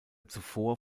zuvor